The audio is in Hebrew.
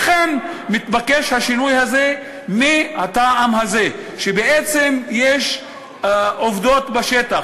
לכן מתבקש השינוי הזה מהטעם הזה שיש עובדות בשטח,